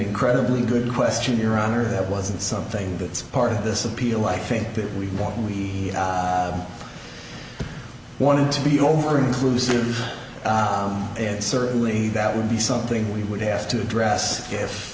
incredibly good question your honor that wasn't something that's part of this appeal like think that we want we want to be over inclusive and certainly that would be something we would have to address